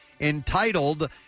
entitled